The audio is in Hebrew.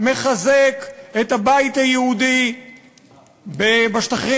מחזק את הבית היהודי בשטחים,